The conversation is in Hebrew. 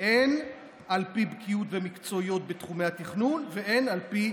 הן על פי בקיאות ומקצועיות בתחומי התכנון והן על פי